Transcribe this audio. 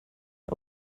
wir